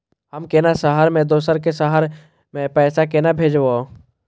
हम केना शहर से दोसर के शहर मैं पैसा केना भेजव?